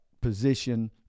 position